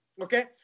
Okay